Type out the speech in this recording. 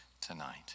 tonight